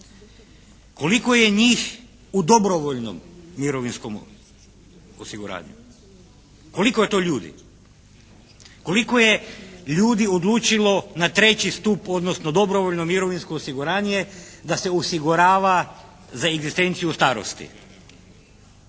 koliko je njih u dobrovoljnom mirovinskom osiguranju, koliko je to ljudi. Koliko je ljudi odlučilo na treći stup, odnosno dobrovoljno mirovinsko osiguranje da se osigurava za egzistenciju u starosti?